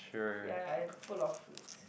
ya ya I got put a lot of fruits